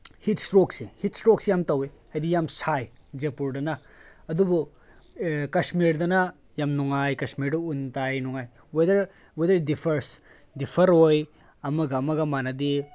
ꯍꯤꯠ ꯏꯁꯇꯔꯣꯛꯁꯦ ꯍꯤꯠ ꯏꯁꯇꯔꯣꯛꯁꯦ ꯌꯥꯝ ꯇꯧꯋꯤ ꯍꯥꯏꯗꯤ ꯌꯥꯝ ꯁꯥꯏ ꯖꯦꯄꯨꯔꯗꯅ ꯑꯗꯨꯕꯨ ꯀꯁꯃꯤꯔꯗꯅ ꯌꯥꯝ ꯅꯨꯡꯉꯥꯏ ꯀꯁꯃꯤꯔꯗ ꯎꯟ ꯇꯥꯏ ꯅꯨꯡꯉꯥꯏ weather weather it differs differ ꯑꯣꯏ ꯑꯃꯒ ꯑꯃꯒ ꯃꯥꯟꯅꯗꯦ